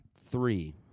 three